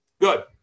good